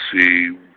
see